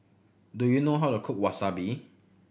do you know how to cook Wasabi